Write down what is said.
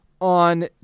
on